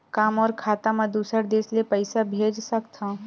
का मोर खाता म दूसरा देश ले पईसा भेज सकथव?